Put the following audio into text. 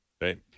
Right